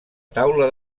taula